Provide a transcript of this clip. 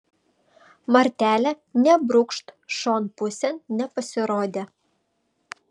martelė nė brūkšt šion pusėn nepasirodė